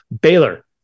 Baylor